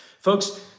Folks